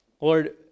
Lord